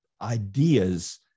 ideas